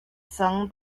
sung